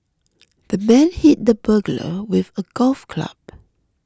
the man hit the burglar with a golf club